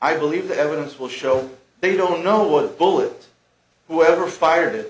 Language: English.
i believe the evidence will show they don't know what the bullet whoever fired it